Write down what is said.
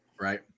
Right